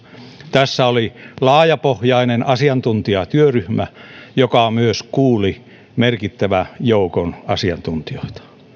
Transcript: tässä oli laajapohjainen asiantuntijatyöryhmä joka myös kuuli merkittävän joukon asiantuntijoita